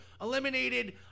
eliminated